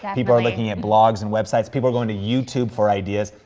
people are looking at blogs and websites, people are going to youtube for ideas,